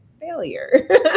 failure